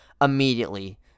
immediately